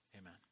amen